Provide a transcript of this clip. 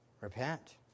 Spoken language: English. Repent